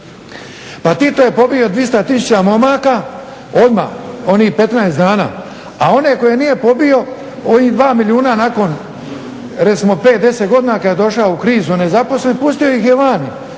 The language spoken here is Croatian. Pa Tito je pobio 200 tisuća momaka, odmah onih 15 dana, a one koje nije pobio onih 2 milijuna nakon recimo 5, 10 godina kada je došao u krizu nezaposlenih, pustio ih je vani,